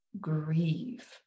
grieve